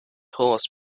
horse